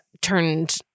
turned